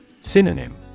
Synonym